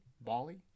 bali